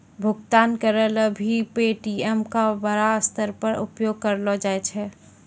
भुगतान करय ल भी पे.टी.एम का बड़ा स्तर पर उपयोग करलो जाय छै